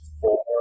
four